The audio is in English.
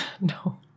No